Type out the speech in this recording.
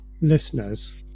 listeners